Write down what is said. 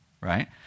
right